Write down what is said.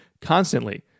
constantly